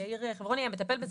יאיר חברוני טיפל בזה.